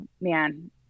man